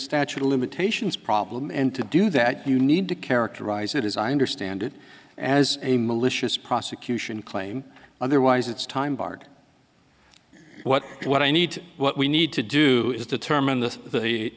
statute of limitations problem and to do that you need to characterize it as i understand it as a malicious prosecution claim otherwise it's time barred what what i need what we need to do is determine the the